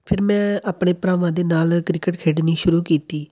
ਫਿਰ ਮੈਂ ਆਪਣੇ ਭਰਾਵਾਂ ਦੇ ਨਾਲ ਕ੍ਰਿਕਟ ਖੇਡਣੀ ਸ਼ੁਰੂ ਕੀਤੀ